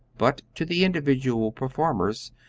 but to the individual performers,